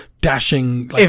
dashing